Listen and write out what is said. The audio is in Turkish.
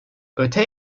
öte